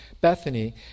Bethany